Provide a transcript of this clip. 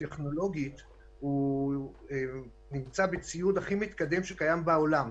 שטכנולוגית הוא עם הציוד הכי מתקדם שנמצא בעולם,